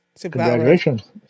Congratulations